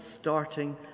starting